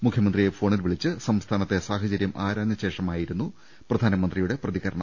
മുഖ്യമന്ത്രിയെ ഫോണിൽ വിളിച്ച് സംസ്ഥാനത്തെ സാഹചരൃം ആരാഞ്ഞ ശേഷമാ യിരുന്നു പ്രധാനമന്ത്രിയുടെ പ്രതികരണം